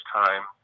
time